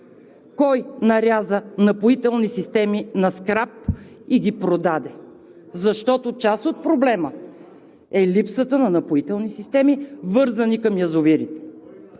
Кой наряза напоителни системи на скрап и ги продаде? Защото част от проблема е липсата на напоителни системи, вързани към язовирите.